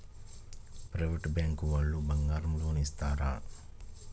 Private bank వాళ్ళు బంగారం loan ఇస్తారా?